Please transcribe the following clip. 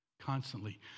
constantly